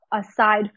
aside